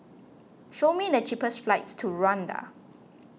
show me the cheapest flights to Rwanda